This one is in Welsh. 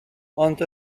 ond